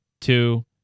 two